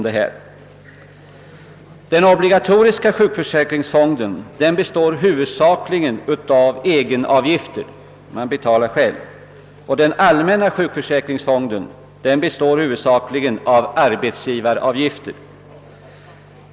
Den obligatoriska sjukförsäkringsfonden består huvudsakligen av egenavgifter — man betalar själv — medan den allmänna sjukförsäkringsfonden huvudsakligen består av arbetsgivaravgifter.